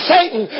Satan